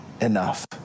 enough